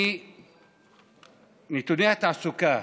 נתוני התעסוקה